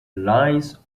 lines